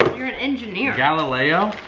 you're an engineer. galileo?